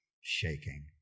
shaking